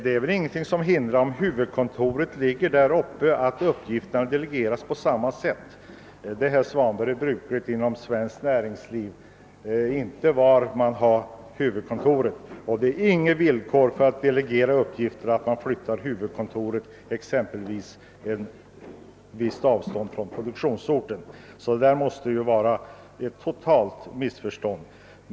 Det är väl ingenting som hindrar att uppgifterna delegeras, om huvudkontoret ligger i Kiruna, på samma sätt som är brukligt inom svenskt näringsliv, herr Svanberg. Förutsättningen för att delegera uppgifterna är väl inte att man flyttar huvudkontoret till ett visst avstånd från produktionsorten. Därvidlag måste det föreligga ett totalt missförstånd.